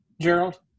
Gerald